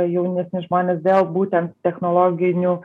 jaunesni žmonės dėl būtent technologinių